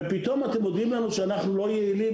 ופתאום אתם מודיעים לנו שאנחנו לא יעילים,